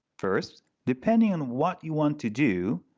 first, depending on what you want to do,